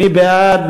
מי בעד?